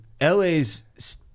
LA's